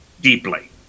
deeply